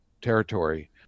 territory